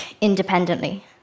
independently